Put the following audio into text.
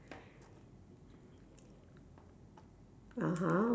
(uh huh)